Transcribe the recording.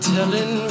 Telling